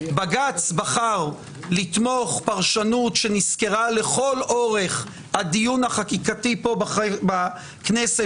בג"ץ בחר לתמוך פרשנות שנסקרה לכל אורך הדיון החקיקתי פה בכנסת,